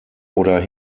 oder